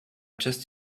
just